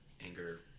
anger